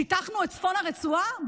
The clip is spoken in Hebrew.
שיטחנו את צפון הרצועה?